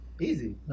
easy